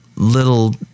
Little